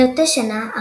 מאותה שנה,